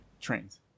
trains